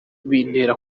bintera